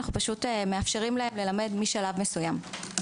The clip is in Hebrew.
אנחנו פשוט מאפשרים להם ללמד משלב מסוים.